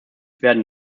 werden